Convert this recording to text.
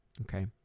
Okay